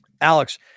Alex